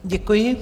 Děkuji.